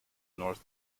north